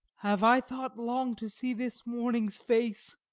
have i thought long to see this morning's face,